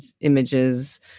images